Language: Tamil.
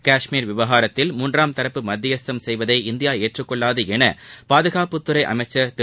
காஷ்மீர் விவகாரத்தில் மூன்றாம் தரப்பு மத்தியஸ்தம் செய்வதை இந்தியா ஏற்றக்கொள்ளாது என பாதுகாப்புத்துறை அமைச்சர் திரு